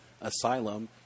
Asylum